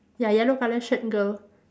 ya yellow colour shirt girl